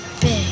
big